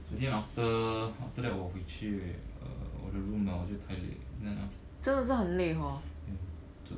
昨天 after after that 我回去 uh 我的 room liao 我就太累